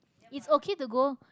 it's okay to go